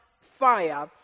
fire